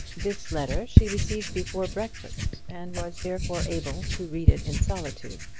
this letter she received before breakfast, and was therefore able to read it in solitude,